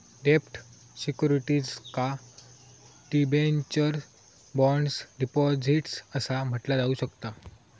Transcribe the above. डेब्ट सिक्युरिटीजका debentures, bonds, deposits असा म्हटला जाऊ शकता